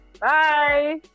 Bye